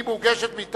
כשרות מזון בלבד),